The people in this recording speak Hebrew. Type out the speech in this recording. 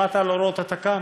שמעת על הוראות התכ"ם?